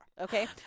Okay